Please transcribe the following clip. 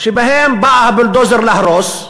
שבהם בא הבולדוזר להרוס,